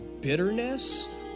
bitterness